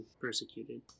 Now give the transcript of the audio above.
persecuted